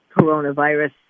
coronavirus